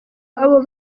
abo